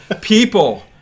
people